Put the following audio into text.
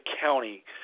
county